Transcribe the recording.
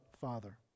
Father